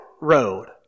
road